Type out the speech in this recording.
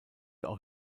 auch